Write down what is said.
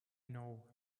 know